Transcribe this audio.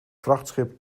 vrachtschip